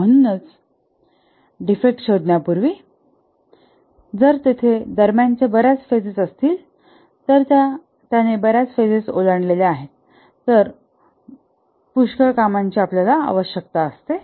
आणि म्हणूनच डिफेक्ट शोधण्यापूर्वी जर तेथे दरम्यानचे बऱ्याच फेजेस असतील तर त्याने बऱ्याच फेजेस ओलांडले आहेत तर पुष्कळ कामांची आवश्यकता आहे